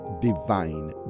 divine